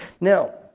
Now